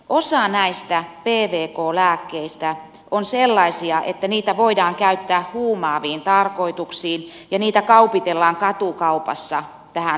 osa näistä pkv lääkkeistä on sellaisia että niitä voidaan käyttää huumaaviin tarkoituksiin ja niitä kaupitellaan katukaupassa tähän tarkoitukseen